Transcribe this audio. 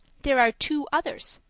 there are two others!